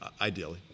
ideally